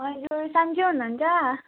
हजुर सन्चै हुनुहुन्छ